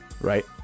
right